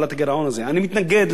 אני מתנגד להגדלת הגירעון.